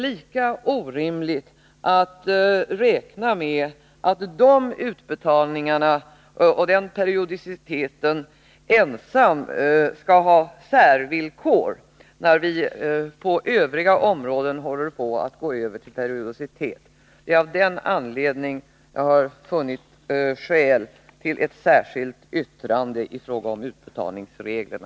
Lika orimligt vore det emellertid att ha särregler för periodiciteten endast när det gäller dessa utbetalningar, samtidigt som man på övriga områden håller på att gå över till periodiserade utbetalningar. Det är detta som är anledningen till att jag har funnit skäl till ett särskilt yttrande i fråga om utbetalningsreglerna.